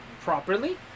properly